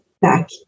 back